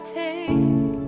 take